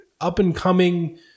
up-and-coming